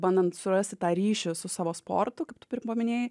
bandant surasti tą ryšį su savo sportu kaip tu pirma minėjai